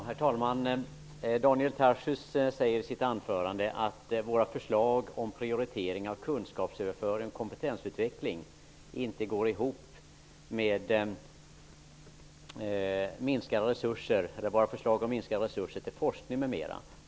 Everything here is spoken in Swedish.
Herr talman! Daniel Tarschys sade i sitt anförande att vårt förslag om prioritering av kunskapsöverföring och kompetensutveckling inte går ihop med vårt förslag om minskade resurser till forskning m.m.